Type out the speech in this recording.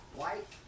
white